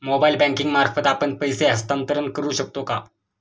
Mobile banking मार्फत आपण पैसे हस्तांतरण करू शकतो का?